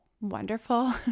wonderful